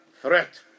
threat